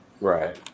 Right